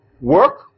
work